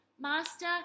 Master